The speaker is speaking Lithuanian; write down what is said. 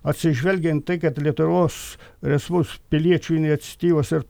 atsižvelgiant į tai kad lietuvos respublikos piliečių iniciatyvos ir